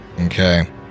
Okay